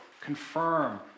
confirm